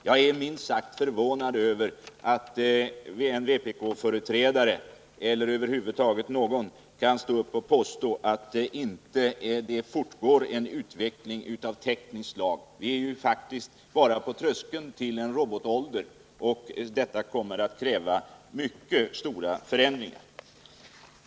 Jag är minst sagt förvånad över att en vpk-företrädare eller över huvud taget någon person kan stå upp och påstå att det inte fortgår en utveckling av tekniskt slag. Vi är faktiskt bara på tröskeln till robotåldern, och detta kommer att kräva mycket stora förändringar.